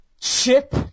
Chip